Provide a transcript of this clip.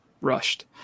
rushed